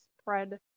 spread